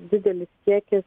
didelis kiekis